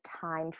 time